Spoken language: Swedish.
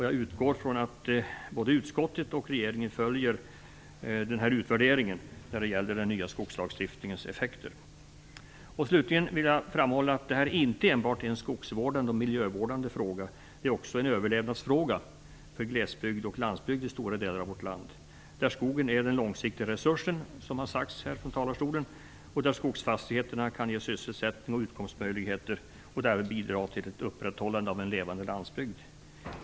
Jag utgår från att både utskottet och regeringen följer den här utvärderingen av den nya skogslagstiftningens effekter. Slutligen vill jag framhålla att det här inte enbart är en skogsvårdande och miljövårdande fråga. Det är också en överlevnadsfråga för glesbygd och landsbygd i stora delar av vårt land där skogen är den långsiktiga resursen, vilket har sagts här från talarstolen, och där skogsfastigheterna kan ge sysselsättning och utkomstmöjligheter och därvid bidra till ett upprätthållande av en levande landsbygd.